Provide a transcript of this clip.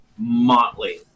motley